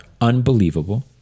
unbelievable